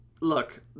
Look